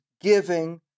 giving